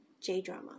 J-drama